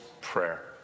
prayer